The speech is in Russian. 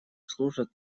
служат